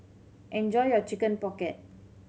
enjoy your Chicken Pocket